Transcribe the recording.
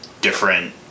different